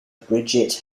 bridget